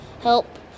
help